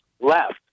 Left